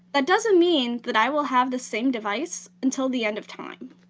that doesn't mean that i will have the same device until the end of time.